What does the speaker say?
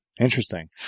Interesting